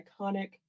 iconic